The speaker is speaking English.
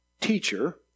Teacher